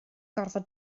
gorfod